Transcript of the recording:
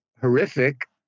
horrific